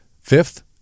Fifth